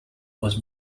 was